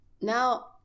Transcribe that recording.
now